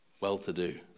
well-to-do